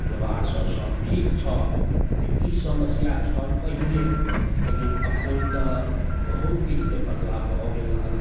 परिवारसब सब ठीक छऽ तऽ ई समस्या छल पहिले लेकिन एखन तऽ बहुत किछुके बदलाव भऽ गेल हँ